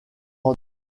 saint